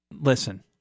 Listen